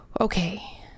Okay